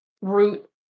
Root